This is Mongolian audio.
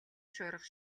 шуурга